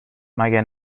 مگه